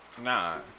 Nah